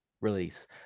release